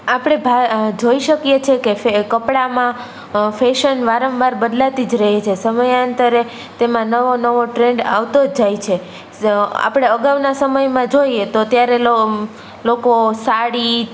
આપણે ભા જોઈ શકીએ છે કે કપડામાં ફેશન વારંવાર બદલાતી જ રહે છે સમયાંતરે તેમાં નવો નવો ટ્રેન્ડ આવતો જ જાય છે આપણે અગાઉના સમયમાં જોઈએ તો ત્યારે લોકો સાડી